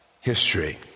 history